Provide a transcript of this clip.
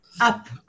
up